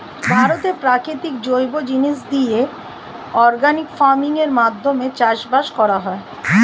ভারতে প্রাকৃতিক জৈব জিনিস দিয়ে অর্গানিক ফার্মিং এর মাধ্যমে চাষবাস করা হয়